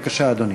בבקשה, אדוני.